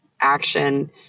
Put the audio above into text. action